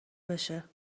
بشه